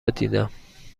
دیدم